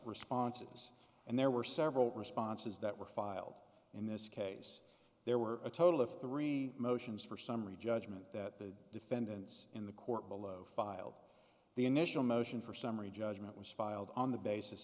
responses and there were several responses that were filed in this case there were a total of three motions for summary judgment that the defendants in the court below filed the initial motion for summary judgment was filed on the basis